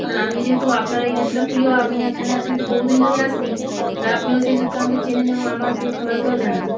কারণ আমি যেহেতু আপনার এই রেস্তোরাঁ প্রিয় আমি এখানে আপনাদের বহুদিন ধরে আসছি আর আপনিও সেই সূত্রে আপনাকে চেনেন এবং আমার প্রিয় খাবারগুলোও জানেন